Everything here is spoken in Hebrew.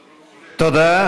תודה.